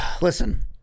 Listen